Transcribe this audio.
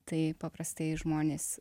tai paprastai žmonės